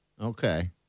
Okay